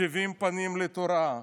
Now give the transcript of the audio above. שבעים פנים לתורה.